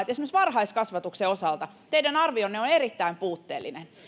esimerkiksi varhaiskasvatuksen osalta teidän arvionne on on erittäin puutteellinen